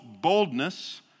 boldness